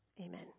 Amen